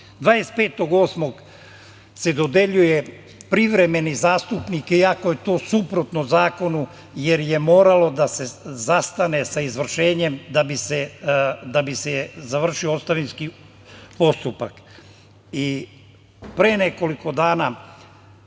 se dodeljuje privremeni zastupnik, iako je to suprotno zakonu, jer je moralo da se zastane sa izvršenjem da bi se završio ostavinski postupak. Pre nekoliko dana